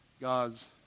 God's